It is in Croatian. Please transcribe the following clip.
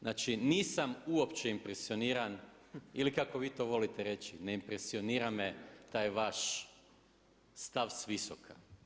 Znači nisam uopće impresioniran ili kako vi to volite reći ne impresionira me taj vaš stav s visoka.